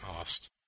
asked